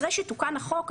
אחרי שתוקן החוק,